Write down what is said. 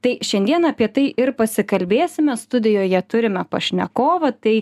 tai šiandien apie tai ir pasikalbėsime studijoje turime pašnekovą tai